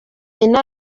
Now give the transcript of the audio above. ino